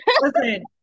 Listen